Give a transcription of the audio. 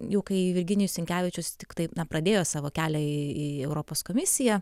jau kai virginijus sinkevičius tiktai na pradėjo savo kelią į europos komisiją